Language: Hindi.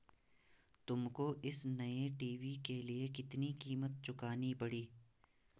तुमको इस नए टी.वी के लिए कितनी कीमत चुकानी पड़ी?